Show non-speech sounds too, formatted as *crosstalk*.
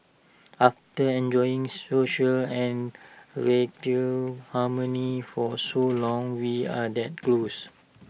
after enjoying social and radio harmony for so long *noise* we are that close